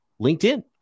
LinkedIn